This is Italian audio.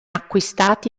acquistati